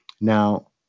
Now